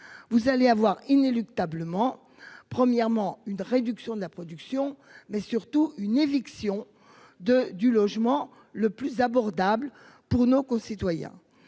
Vous allez avoir inéluctablement premièrement une réduction de la production, mais surtout une éviction de du logement, le plus abordable pour nos concitoyens